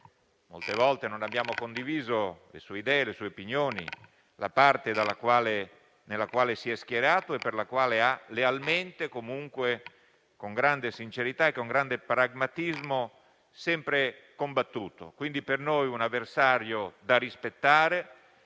molte volte non abbiamo condiviso le sue idee, le sue opinioni, la parte dalla quale si è schierato e per la quale ha lealmente, con grande sincerità e grande pragmatismo, sempre combattuto. È stato quindi per noi un avversario da rispettare,